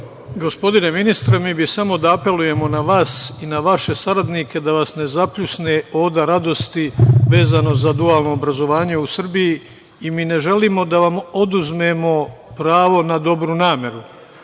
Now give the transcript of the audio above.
Gospodine ministre, mi bi samo da apelujemo na vas i na vaše saradnike da vas ne zapljusne „Oda radosti“ vezano za dualno obrazovanje u Srbiji. Mi ne želimo da vam oduzmemo pravo na dobru nameru.